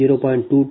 2206 0